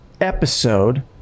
episode